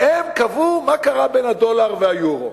הם קבעו מה קרה בין הדולר ליורו.